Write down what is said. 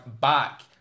back